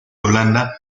holanda